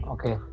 Okay